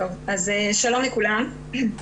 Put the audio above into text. שלום לכולם,